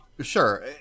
sure